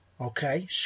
Okay